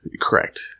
correct